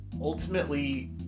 ultimately